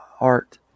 art